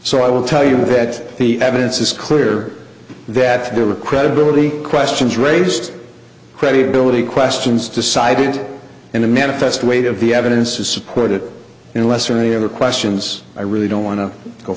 so i will tell you that the evidence is clear that there were credibility questions raised credibility questions decided in the manifest weight of the evidence to support it in less or any other questions i really don't want to go